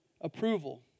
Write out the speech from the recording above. approval